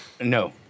No